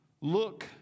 look